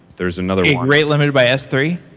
there is another rate limited by s three?